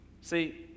see